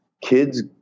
kids